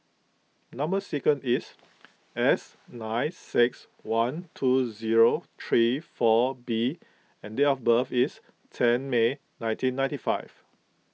Number Sequence is S nine six one two zero three four B and date of birth is ten May nineteen ninety five